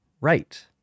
right